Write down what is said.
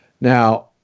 Now